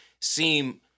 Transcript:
seem